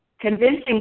Convincing